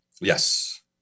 Yes